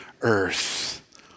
earth